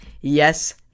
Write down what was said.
yes